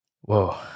Whoa